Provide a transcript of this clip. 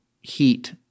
heat